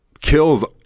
kills